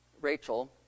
Rachel